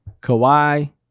Kawhi